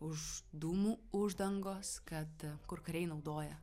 už dūmų uždangos kad kur kariai naudoja